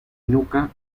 nuca